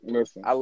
Listen